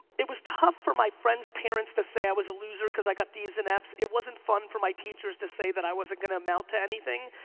it was tough for my friend's parents to say i was a loser cause i got d's and f's. it wasn't fun for my teachers to say that i wasn't gonna amount to anything.